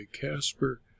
Casper